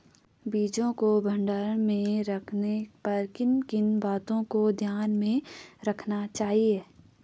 बीजों को भंडारण में रखने पर किन किन बातों को ध्यान में रखना चाहिए?